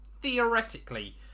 theoretically